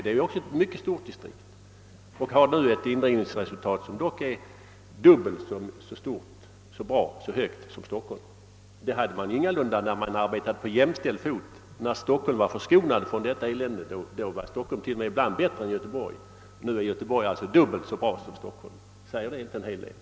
Det är också ett mycket stort distrikt, men indrivningsresultatet där är dubbelt så bra som Stockholms. Det hade man ingalunda när distrikten arbetade på jämställd fot. När Stockholm var förskonat från detta elände, var Stockholms siffror ibland t.o.m. bättre än Göteborgs. Nu är Göteborgs alltså dubbelt så bra som Stockholms. Säger det inte en hel del?